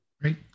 Great